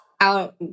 out